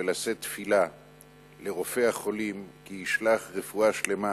ולשאת תפילה לרופא החולים כי ישלח רפואה שלמה